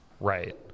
right